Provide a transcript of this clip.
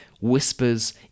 whispers